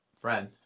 friend